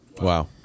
Wow